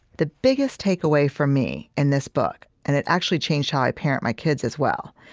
the biggest takeaway for me, in this book, and it actually changed how i parent my kids, as well,